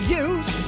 use